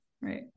right